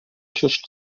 tisch